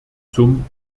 zum